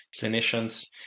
clinicians